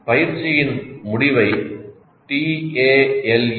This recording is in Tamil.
பயிற்சியின் முடிவை tale